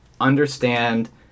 understand